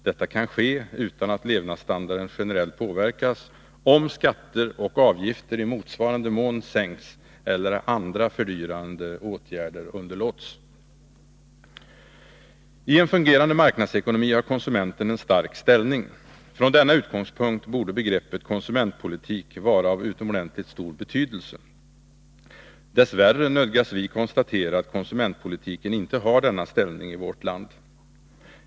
Detta kan ske utan att levnadsstandarden generellt påverkas, om skatter och avgifter i motsvarande mån sänks eller andra fördyrande åtgärder underlåts. I en fungerande marknadsekonomi har konsumenten en stark ställning. Från denna utgångspunkt borde begreppet konsumentpolitik vara av utomordentligt stor betydelse. Dess värre nödgas vi konstatera att konsumentpolitiken inte har denna ställning i vårt land.